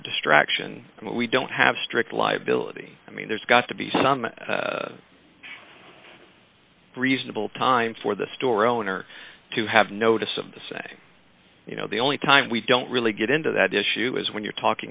distraction we don't have strict liability i mean there's got to be some reasonable time for the store owner to have notice of the say you know the only time we don't really get into that issue is when you're talking